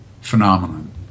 phenomenon